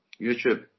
YouTube